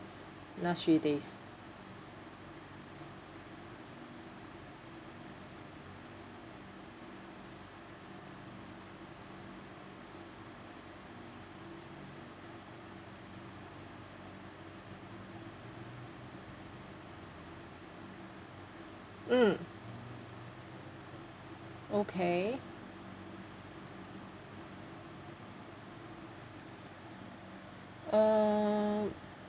last three days mm okay uh